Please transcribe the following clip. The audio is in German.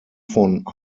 von